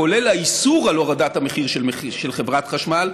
כולל האיסור של הורדת המחיר של חברת החשמל,